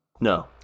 No